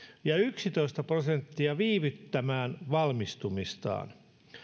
ja yksitoista prosenttia viivyttämään valmistumistaan